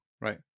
Right